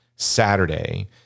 Saturday